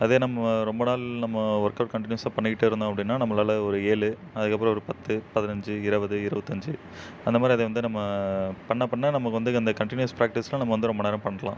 அதே நம்ம ரொம்ப நாள் நம்ம ஒர்க் அவுட் கண்டினியூஸாக பண்ணிக்கிட்டிருந்தோம் அப்படின்னா நம்மளால் ஒரு ஏழு அதுக்கப்புறம் ஒரு பத்து பதினஞ்சு இருவது இருவத்தஞ்சு அந்த மாதிரி அதை வந்து நம்ம பண்ண பண்ண நமக்கு வந்து அந்த கண்டினியூஸ் ப்ராக்டிஸ்சில் நம்ம வந்து ரொம்ப நேரம் பண்ணலாம்